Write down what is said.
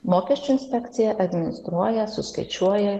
mokesčių inspekcija administruoja suskaičiuoja